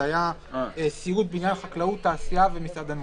זה היה סיעוד, בניין, חקלאות, תעשייה ומסעדנות.